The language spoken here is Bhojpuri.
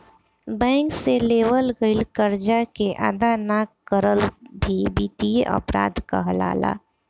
बैंक से लेवल गईल करजा के अदा ना करल भी बित्तीय अपराध कहलाला